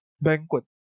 banquet